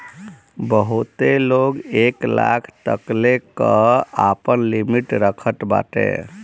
बहुते लोग एक लाख तकले कअ आपन लिमिट रखत बाटे